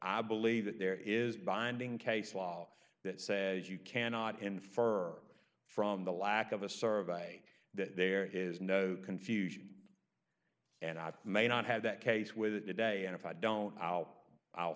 i believe that there is binding case law that says you cannot infer from the lack of a survey that there is no confusion and i thought may not have that case with the day and if i don't i'll i'll